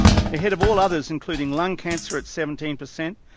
ahead of all others including lung cancer at seventeen per cent,